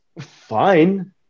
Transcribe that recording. fine